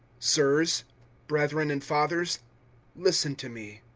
sirs brethren and fathers listen to me.